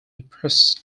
approach